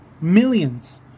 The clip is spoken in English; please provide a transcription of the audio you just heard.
Millions